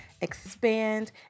expand